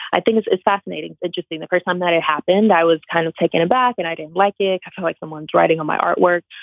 i think it's it's fascinating that just being the first time that it happened, i was kind of taken aback and i didn't like it. i felt like someone's writing on my artwork.